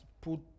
put